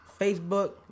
Facebook